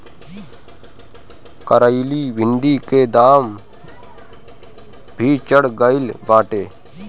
करइली भिन्डी के दाम भी चढ़ गईल बाटे